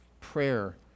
prayer